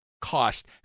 cost